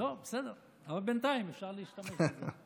בסדר, אבל בינתיים אפשר להשתמש בזה.